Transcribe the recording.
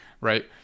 right